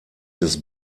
des